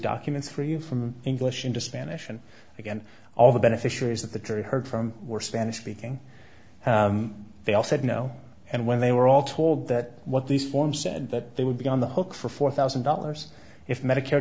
documents for you from english into spanish and again all the beneficiaries that the jury heard from were spanish speaking they all said no and when they were all told that what these forms said that they would be on the hook for four thousand dollars if medicare